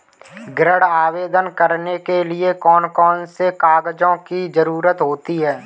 ऋण आवेदन करने के लिए कौन कौन से कागजों की जरूरत होती है?